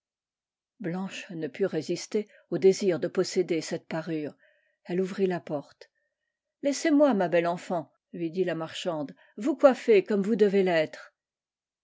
blanche ne put résister au désir de posséder cette parure elle ouvrit la porte laissez-moi ma belle enfant lui dit la marchande vous coiffer comme vous devez l'être